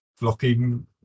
blocking